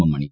M മണി